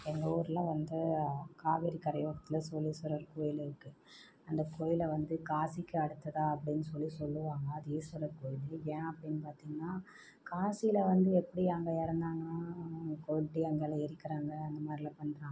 எங்கள் ஊரில் வந்து காவேரி கரையோரத்தில் சோழீஸ்வரர் கோயில் இருக்குது அந்த கோயிலை வந்து காசிக்கு அடுத்ததாக அப்படின்னு சொல்லி சொல்லுவாங்க அது ஈஸ்வரர் கோயில் ஏன் அப்படின்னு பார்த்தீங்கன்னா காசியில் வந்து எப்படி அங்கே இறந்தாங்கன்னா கோயில்டையே அங்கெலாம் எரிக்கிறாங்க அந்த மாதிரிலாம் பண்ணுறாங்க